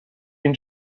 این